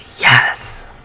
yes